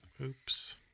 Oops